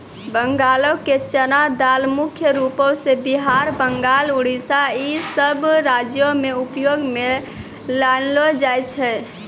बंगालो के चना दाल मुख्य रूपो से बिहार, बंगाल, उड़ीसा इ सभ राज्यो मे उपयोग मे लानलो जाय छै